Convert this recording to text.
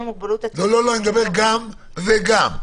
אני מדבר גם וגם.